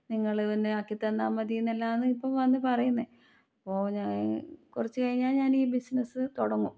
നിങ്ങൾ തന്നെ ആക്കിത്തന്നാൽ മതിയെന്ന് എല്ലാന്ന് ഇപ്പം വന്ന് പറയുന്നത് ഒ ഞ കുറച്ച് കഴിഞ്ഞാൽ ഞാൻ ഈ ബിസിനസ്സ് തുടങ്ങും